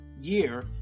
year